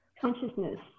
consciousness